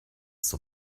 zur